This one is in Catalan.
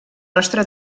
nostra